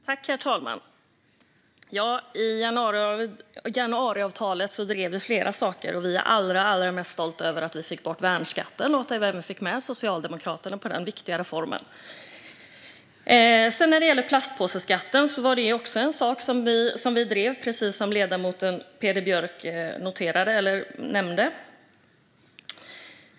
Herr talman! I januariavtalet drev vi flera saker. Vi är allra mest stolta över att vi fick bort värnskatten och att vi även fick med Socialdemokraterna på den viktiga reformen. När det gäller plastpåseskatten var också detta en sak som vi drev, precis som ledamoten Peder Björk nämnde.